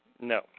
No